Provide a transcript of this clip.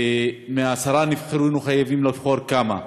ומעשרת הנבחרים היינו חייבים לבחור כמה אנשים.